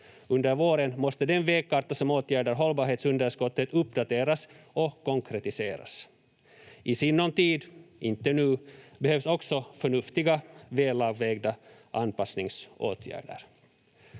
Under våren måste den vägkarta som åtgärdar hållbarhetsunderskottet uppdateras och konkretiseras. I sinom tid — inte nu — behövs också förnuftiga, välavvägda anpassningsåtgärder.